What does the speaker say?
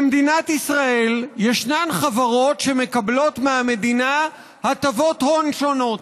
במדינת ישראל יש חברות שמקבלות מהמדינה הטבות הון שונות.